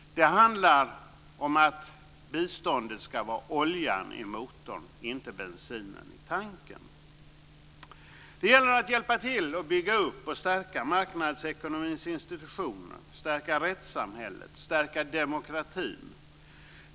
Det handlar om att biståndet ska vara oljan i motorn, inte bensinen i tanken. Det gäller att hjälpa till och bygga upp och stärka marknadsekonomins institutioner, stärka rättssamhället och stärka demokratin.